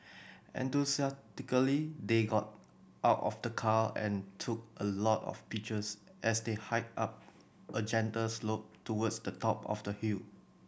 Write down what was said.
enthusiastically they got out of the car and took a lot of pictures as they hiked up a gentle slope towards the top of the hill